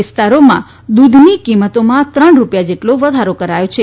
વિસ્તારોમાં દૂધની કિંમતોમાં ત્રણ રૂપિયા જેટલો વધારો કરાથો છે